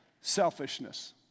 Selfishness